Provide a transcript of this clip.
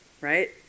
right